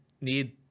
need